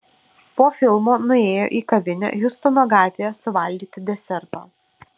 po filmo nuėjo į kavinę hjustono gatvėje suvalgyti deserto